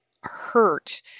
hurt